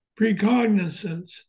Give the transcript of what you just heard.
Precognizance